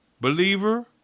believer